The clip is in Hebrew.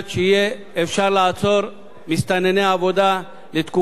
לעצור מסתנני עבודה לתקופה שעד שלוש שנים,